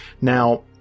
Now